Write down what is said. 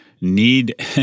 need